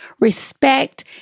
respect